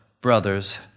brothers